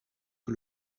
que